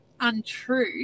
untrue